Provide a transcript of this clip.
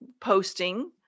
posting